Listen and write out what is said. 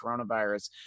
coronavirus